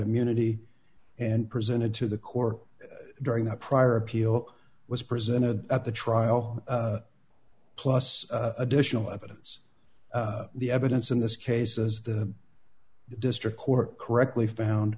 immunity and presented to the core during the prior appeal was presented at the trial plus additional evidence the evidence in this case as the district court correctly found